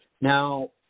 Now